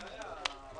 הישיבה ננעלה בשעה